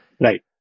Right